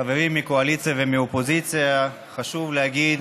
חברים מהקואליציה ומהאופוזיציה, חשוב להגיד